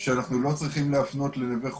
כשאנחנו לא צריכים להפנות ל"נווה חורש",